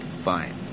Fine